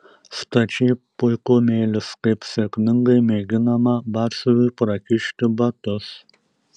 stačiai puikumėlis kaip sėkmingai mėginama batsiuviui prakišti batus